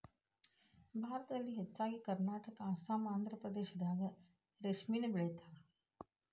ಭಾರತದಲ್ಲಿ ಹೆಚ್ಚಾಗಿ ಕರ್ನಾಟಕಾ ಅಸ್ಸಾಂ ಆಂದ್ರಪ್ರದೇಶದಾಗ ರೇಶ್ಮಿನ ಬೆಳಿತಾರ